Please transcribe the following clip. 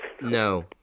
No